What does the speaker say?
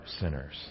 sinners